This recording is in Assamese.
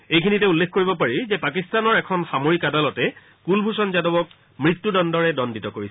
এইখিনিতে উল্লেখ কৰিব পাৰি যে পাকিস্তানৰ এখন সামৰিক আদালতে কুলভূষণ যাদৱক মৃত্যুদণ্ডৰে দণ্ডিত কৰিছে